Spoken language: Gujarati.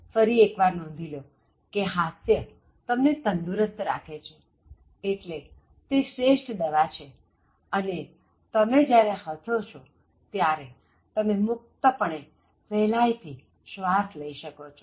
ફરી એક્વાર નોંધી લો કે હાસ્ય તમને તંદુરસ્ત રાખે છેએટલે તે શ્રેષ્ઠ દવા છે અને તમે જ્યારે હસો છો ત્યારે તમે મુક્તપણે સહેલાઇથી શ્વાસ લઈ શકો છો